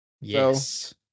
Yes